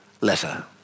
letter